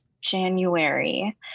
January